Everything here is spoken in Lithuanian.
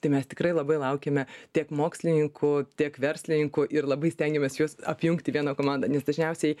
tai mes tikrai labai laukiame tiek mokslininkų tiek verslininkų ir labai stengiamės juos apjungti į vieną komandą nes dažniausiai